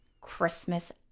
Christmas